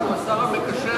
שהוא השר המקשר,